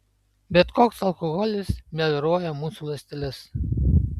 bet koks alkoholis melioruoja mūsų ląsteles